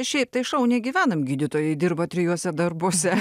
šiaip tai šauniai gyvenam gydytojai dirba trijuose darbuose